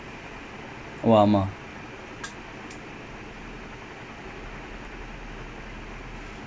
they get shouted by fans then plus like there's not much pressure and வந்து:vanthu folks that attack anyways